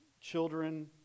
children